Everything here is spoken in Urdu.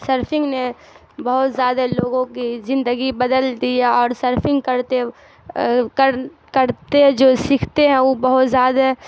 سرفنگ نے بہت زیادہ لوگوں کی زندگی بدل دی ہے اور سرفنگ کرتے کر کرتے جو سیکھتے ہیں وہ بہت زیادہ